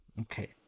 okay